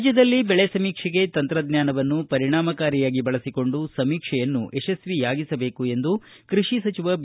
ರಾಜ್ಯದಲ್ಲಿ ಬೆಳೆ ಸಮೀಕ್ಷೆಗೆ ತಂತ್ರಜ್ಞಾನವನ್ನು ಪರಿಣಾಮಕಾರಿಯಾಗಿ ಬಳಸಿಕೊಂಡು ಸಮೀಕ್ಷೆಯನ್ನು ಯಶಸ್ವಿಯಾಗಿಸಬೇಕು ಎಂದು ಕೃಷಿ ಸಚಿವ ಬಿ